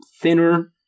thinner